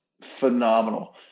phenomenal